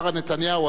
שרה נתניהו,